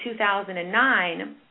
2009